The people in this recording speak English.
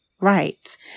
right